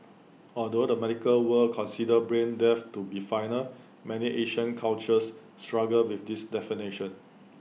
although the medical world considers brain death to be final many Asian cultures struggle with this definition